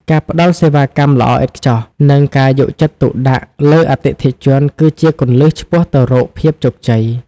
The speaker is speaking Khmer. ការផ្តល់សេវាកម្មល្អឥតខ្ចោះ និងការយកចិត្តទុកដាក់លើអតិថិជនគឺជាគន្លឹះឆ្ពោះទៅរកភាពជោគជ័យ។